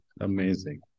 Amazing